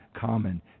common